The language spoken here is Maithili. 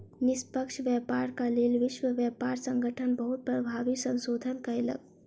निष्पक्ष व्यापारक लेल विश्व व्यापार संगठन बहुत प्रभावी संशोधन कयलक